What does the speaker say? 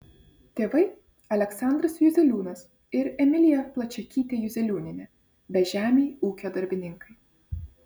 tėvai aleksandras juzeliūnas ir emilija plačiakytė juzeliūnienė bežemiai ūkio darbininkai